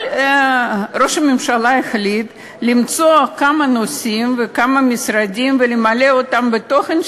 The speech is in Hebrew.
אבל ראש הממשלה החליט למצוא כמה נושאים וכמה משרדים ולמלא אותם בתוכן,